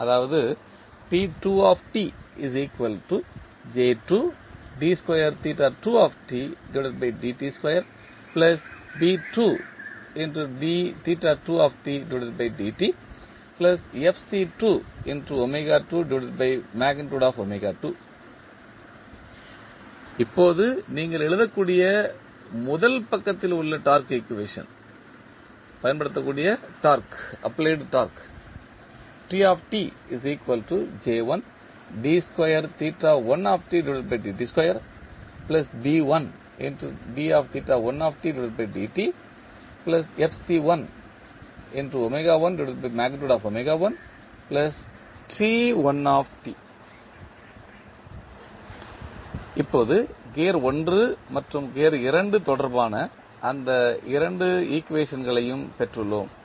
அதாவது இப்போது நீங்கள் எழுதக்கூடிய முதல் பக்கத்தில் உள்ள டார்க்கு ஈக்குவேஷன் பயன்படுத்தப்பட்ட டார்க்கு இப்போது கியர் 1 மற்றும் கியர் 2 தொடர்பான இந்த 2 ஈக்குவேஷன்களையும் பெற்றுள்ளோம்